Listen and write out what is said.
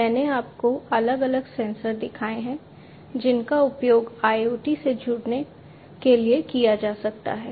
मैंने आपको अलग अलग सेंसर दिखाए हैं जिनका उपयोग IoT से जुड़ने के लिए किया जा सकता है